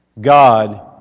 God